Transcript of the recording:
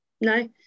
No